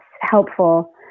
helpful